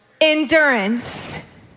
endurance